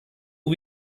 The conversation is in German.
wie